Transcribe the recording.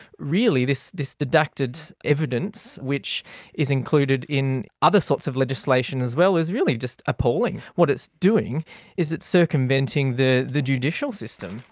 really this this deducted evidence which is included in other sorts of legislation as well is really just appalling. what it's doing is it's circumventing the the judicial system,